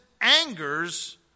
angers